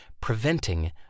preventing